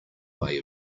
way